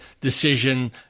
decision –